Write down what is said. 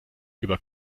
über